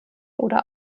oder